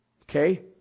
okay